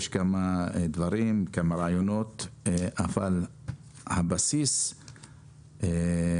יש כמה דברים וכמה רעיונות אבל הבסיס הוא